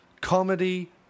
comedy